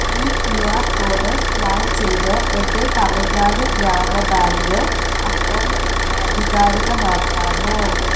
ഈ Q R code scan ചെയ്ത് എൻ്റെ തമിഴ്നാട് ഗ്രാമ ബാങ്ക് അക്കൗണ്ട് ആധികാരികമാക്കാമോ